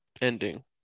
Ending